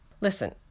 Listen